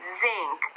zinc